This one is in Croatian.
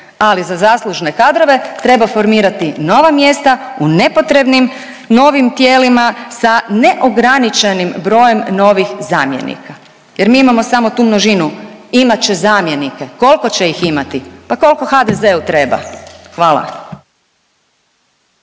ali za zaslužne kadrove treba formirati nova mjesta u nepotrebnim novim tijelima sa neograničenim brojem novih zamjenika jer mi imamo samo tu množinu imat će zamjenike. Kolko će ih imati? Pa kolko HDZ-u treba. Hvala.